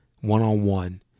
one-on-one